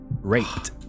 Raped